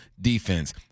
defense